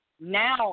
Now